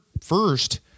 first